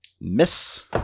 Miss